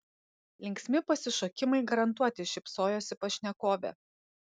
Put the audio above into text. linksmi pasišokimai garantuoti šypsojosi pašnekovė